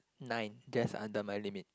nine just under my limit